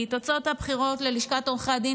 כי תוצאות הבחירות ללשכת עורכי הדין